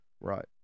Right